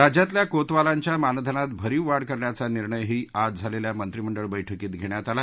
राज्यातल्या कोतवालांच्या मानधनात भरीव वाढ करण्याचा निर्णयही आज झालेल्या मंत्रिमंडळ बैठकीत घेण्यात आला